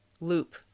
loop